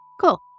Cool